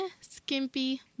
skimpy